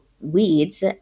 weeds